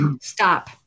stop